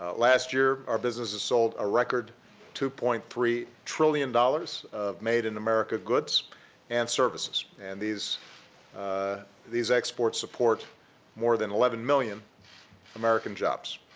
last year, our businesses have sold a record two point three trillion dollars of made in america goods and services. and, these these exports support more than eleven million american jobs.